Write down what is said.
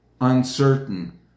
uncertain